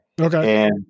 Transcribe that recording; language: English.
okay